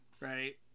Right